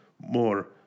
more